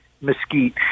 Mesquite